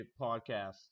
podcast